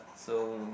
so